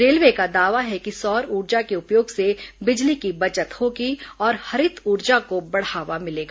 railway का दावा है कि सौर ऊर्जा के उपयोग से बिजली की बचत होगी और हरित ऊर्जा को बढ़ावा मिलेगा